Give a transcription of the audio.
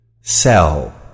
sell